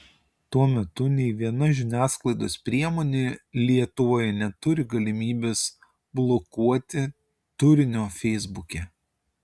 tuo metu nei viena žiniasklaidos priemonė lietuvoje neturi galimybės blokuoti turinio feisbuke